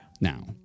Now